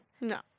No